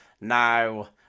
now